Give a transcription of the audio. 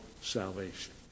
salvation